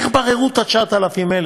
איך בררו את ה-9,000?